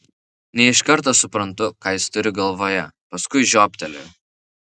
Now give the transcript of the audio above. ne iš karto suprantu ką jis turi galvoje paskui žioptelėjau